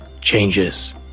changes